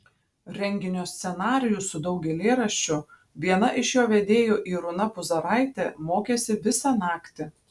renginio scenarijų su daug eilėraščių viena iš jo vedėjų irūna puzaraitė mokėsi visą naktį